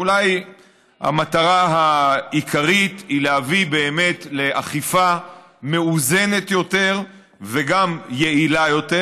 אולי המטרה העיקרית היא להביא באמת לאכיפה מאוזנת יותר וגם יעילה יותר,